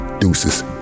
deuces